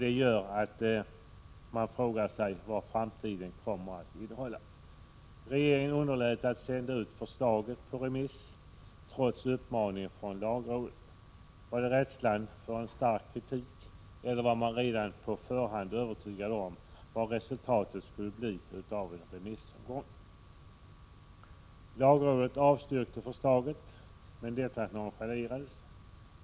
Det gör att man frågar sig vad som kommer att hända i framtiden. Regeringen underlät att sända ut förslaget på remiss trots uppmaning från lagrådet. Var det beroende på rädslan för en stark kritik eller var man redan på förhand övertygad om resultatet av en remissomgång? Lagrådet avstyrkte förslaget, men detta nonchalerades.